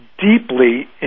deeply